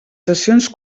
sessions